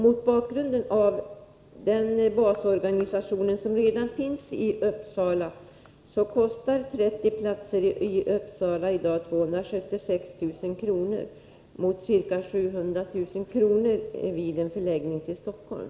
Mot bakgrund av den basorganisation som redan finns i Uppsala kostar 30 platser i Uppsala i dag 276 000 kr., mot ca 700 000 kr. vid en förläggning till Stockholm.